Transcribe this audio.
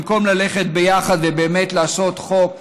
במקום ללכת יחד ולעשות חוק,